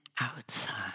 outside